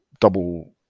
double